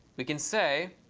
we can say